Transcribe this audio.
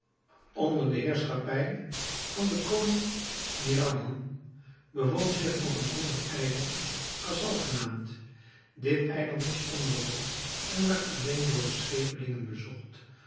onder de heerschappij van den koning mihradhan bevond zich nog een ander eiland cassal genaamd dit eiland was onbewoond en werd alleen door de schepelingen bezocht